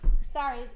Sorry